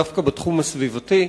דווקא בתחום הסביבתי,